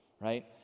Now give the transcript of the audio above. right